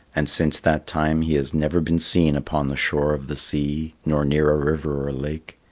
and since that time he has never been seen upon the shore of the sea, nor near a river or lake.